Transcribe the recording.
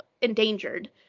endangered